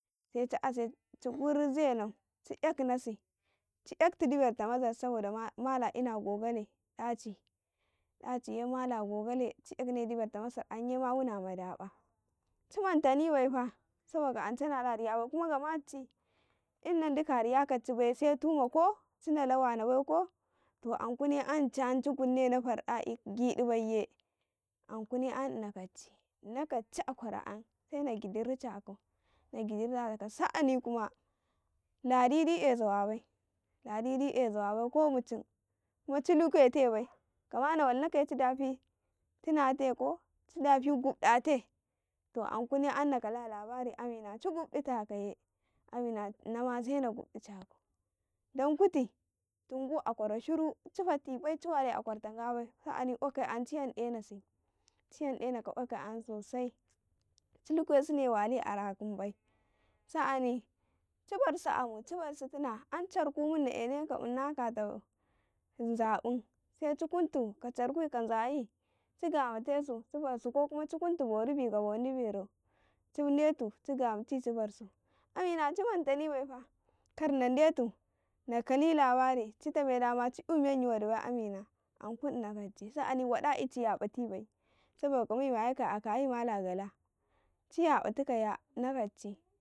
﻿Se ci ase ci gurze nau ci ''yaknasi ci''yakti diberta masar saboka mala ina gogale ɗaci, ɗaciye mala gogale ci yak ne diberta masar yanye ma wuna ma daba ci manmta ni bai fa saboka ance nala riya bai kuma dici nadika a riya ka dici baiye se tuma ko cin dala wana bai ko, to ankuni ayan dici yan ci kunnena farɗabi'gid baiye ankuni ''yan hna ka dici hna ka dici a kwara yan he na gidiricakau, na gidirice ka sa'ani hma ladidi e zawa bai ladidi e zawa bai ko mucunima ci dukwate bai gama na walnakaye ci dafi tunate ko ci defi guf date to an kuni yan na kala labarata amina ci guf dita kauye amina inama se na gufudi cakau dan kuti tungu a kwara shiru ci fati bai ci wali a kwar ta nga bai fa ami kwake yande nasa, ci yandena ka kwaka ayan sosai ci nukwe sune wali a rakun bai sa'ani ci barsu amun ci barsu tina an carku man ne eneka ƃun na kata za bum se ci kuntu ka carku ka za yici gamatesu ci barsu ko kuma ci kunti bo rubi ka bo dibero ci gamati ci barsu amina ci mantani baifa kar na dentu na kali labarta ci tame dama ci''yu menyi wada bai amina ankun ina ka dici sa'ani qaɗa bi ci ya batadi bai saboka akayi mala nga la ciya batu kaya ina kadci.